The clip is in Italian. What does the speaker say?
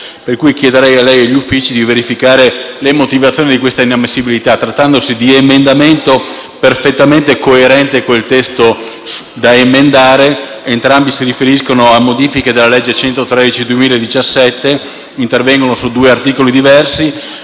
Chiedo quindi a lei e agli Uffici di verificare le motivazioni di una tale inammissibilità, trattandosi di emendamento perfettamente coerente con il testo da emendare: entrambi si riferiscono a modifiche della legge n. 113 del 2017, intervengono su due articoli diversi,